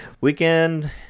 Weekend